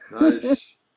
Nice